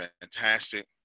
fantastic